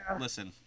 listen